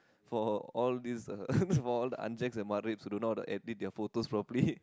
for all these uh for all the anjeks and matreps who don't know how to edit their photos properly